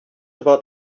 about